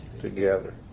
together